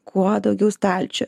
kuo daugiau stalčių